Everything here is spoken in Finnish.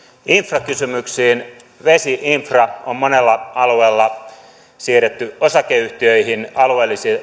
infra kysymyksiin vesi infra on monella alueella siirretty osakeyhtiöihin ja